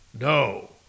No